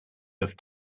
have